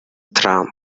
trump